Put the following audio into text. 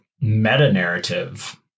meta-narrative